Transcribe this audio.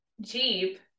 jeep